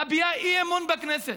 מביעה אי-אמון בכנסת.